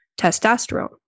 testosterone